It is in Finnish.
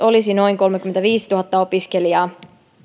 olisi noin kolmekymmentäviisituhatta opiskelijaa